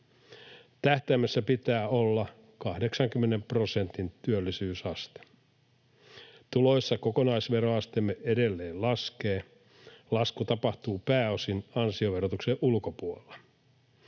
Tähtäimessä pitää olla 80 prosentin työllisyysaste. Tuloissa kokonaisveroasteemme edelleen laskee. Lasku tapahtuu pääosin ansioverotuksen ulkopuolella.